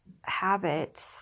habits